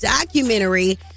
documentary